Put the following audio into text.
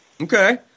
Okay